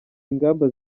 ingamba